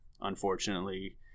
unfortunately